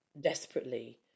desperately